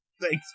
thanks